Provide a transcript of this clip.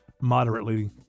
moderately